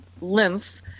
lymph